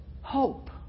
hope